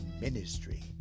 ministry